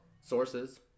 sources